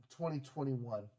2021